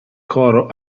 coro